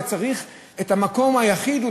וצריך את המקום היחיד,